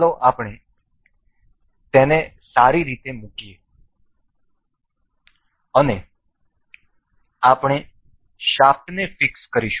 ચાલો આપણે તેને સારી રીતે મૂકીએ અને આપણે શાફ્ટને ફિક્સ કરીશું